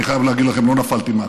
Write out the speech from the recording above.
אני חייב להגיד לכם, לא נפלתי מהכיסא.